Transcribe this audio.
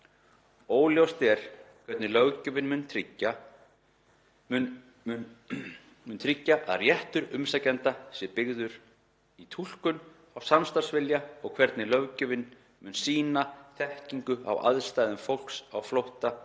Óljóst er hvernig löggjafinn mun tryggja að réttur umsækjanda sé tryggður í túlkun á „samstarfsvilja“ og hvernig löggjafinn munu sýna þekkingu á aðstæðum fólks á flótta